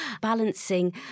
balancing